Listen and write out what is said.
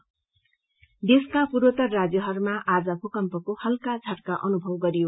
tremor देशका पूर्वोत्तर राज्यहरूमा आज भूकम्पको हल्का झटका अनुभव गरियो